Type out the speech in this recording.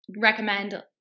recommend